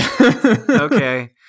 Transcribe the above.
okay